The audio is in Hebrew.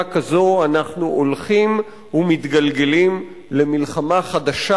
כזו אנחנו הולכים ומתגלגלים למלחמה חדשה,